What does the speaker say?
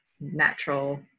natural